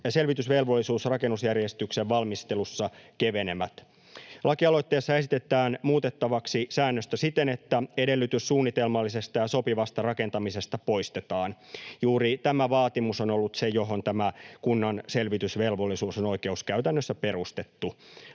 selvitysvelvollisuus rakennusjärjestyksen valmistelussa kevenevät. Lakialoitteessa esitetään muutettavaksi säännöstö siten, että edellytys suunnitelmallisesta ja sopivasta rakentamisesta poistetaan. Juuri tämä vaatimus on ollut se, johon tämä kunnan selvitysvelvollisuus on oikeuskäytännössä perustettu.